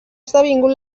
esdevingut